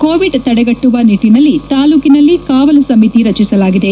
Covid ತಡೆಗಟ್ಟುವ ನಿಟ್ಟನಲ್ಲಿ ತಾಲೂಕನಲ್ಲಿ ಕಾವಲು ಸಮಿತಿ ರಚಿಸಲಾಗಿದೆ